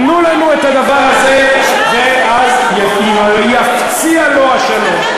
תנו לנו את הדבר הזה ואז יפציע לו השלום.